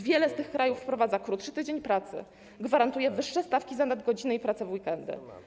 Wiele z tych krajów wprowadza krótszy tydzień pracy, gwarantuje wyższe stawki za nadgodziny i pracę w weekendy.